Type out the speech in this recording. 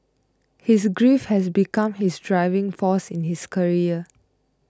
his grief had become his driving force in his career